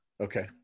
Okay